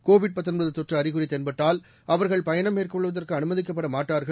Covid தொற்று அறிகுறி தென்பட்டால் அவர்கள் பயணம் மேற்கொள்வதற்கு அனுமதிக்கப்பட மாட்டார்கள்